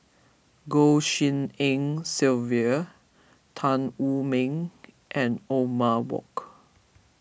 Goh Tshin En Sylvia Tan Wu Meng and Othman Wok